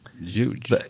Huge